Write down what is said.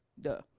Duh